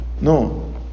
No